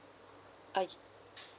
uh